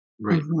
right